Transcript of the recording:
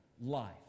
life